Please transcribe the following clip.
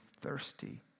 thirsty